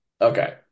okay